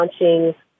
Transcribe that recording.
launching